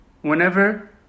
whenever